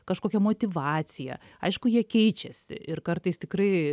kažkokia motyvacija aišku jie keičiasi ir kartais tikrai